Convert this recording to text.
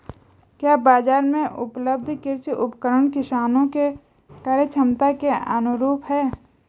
क्या बाजार में उपलब्ध कृषि उपकरण किसानों के क्रयक्षमता के अनुरूप हैं?